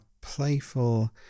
playful